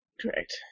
Correct